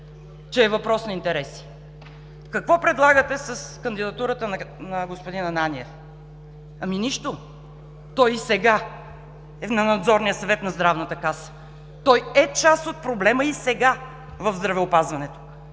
че е въпрос на интереси! Какво предлагате с кандидатурата на господин Ананиев? Ами, нищо! Той и сега е в Надзорния съвет на Здравната каса, той е част от проблема и сега в здравеопазването.